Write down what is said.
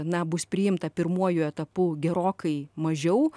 na bus priimta pirmuoju etapu gerokai mažiau